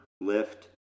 lift